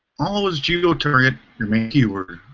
always geo target your main keyword.